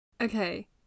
Okay